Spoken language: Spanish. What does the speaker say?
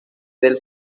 del